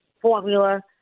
formula